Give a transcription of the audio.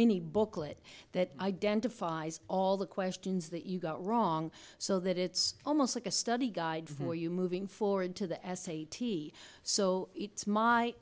mini booklet that identifies all the questions that you got wrong so that it's almost like a study guide for you moving forward to the s a t s so it's my